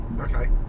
okay